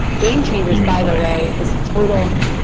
game changers by the way is a total,